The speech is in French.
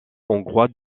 hongrois